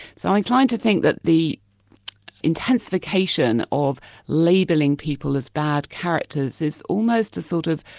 so i'm inclined to think that the intensification of labeling people as bad characters, is almost a sort of